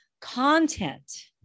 content